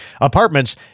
apartments